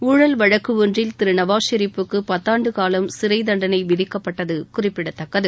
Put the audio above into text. ஊழல் வழக்கு ஒன்றில் நவாஸ் ஷெரிப்புக்கு பத்தாண்டு காலம் சிறை தண்டனை விதிக்கப்பட்டது குறிப்பிடத்தக்கது